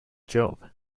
job